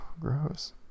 gross